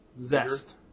Zest